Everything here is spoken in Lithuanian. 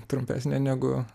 trumpesnė negu